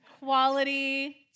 quality